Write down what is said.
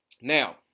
Now